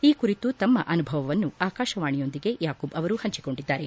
ಈ ಕುರಿತು ತಮ್ಮ ಅನುಭವವನ್ನು ಆಕಾಶವಾಣಿಯೊಂದಿಗೆ ಯಾಕೂಬ್ ಅವರು ಹಂಚಿಕೊಂಡಿದ್ದಾರೆ